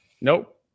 Nope